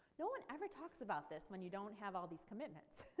no one ever talks about this when you don't have all these commitments.